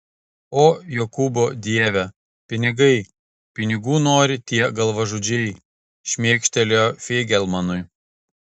o jokūbo dieve pinigai pinigų nori tie galvažudžiai šmėkštelėjo feigelmanui